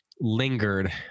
Lingered